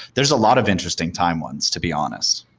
there's a lot of interesting time ones, to be honest